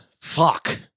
Fuck